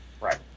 Right